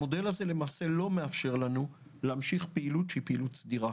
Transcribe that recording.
המודל הזה למעשה לא מאפשר לנו להמשיך פעילות סדירה.